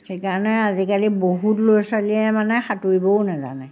সেইকাৰণে আজিকালি বহুত ল'ৰা ছোৱালীয়ে মানে সাঁতোৰিবও নাজানে